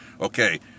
okay